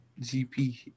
GP